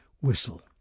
Whistle